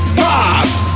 five